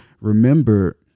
remember